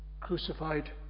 crucified